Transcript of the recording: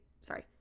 sorry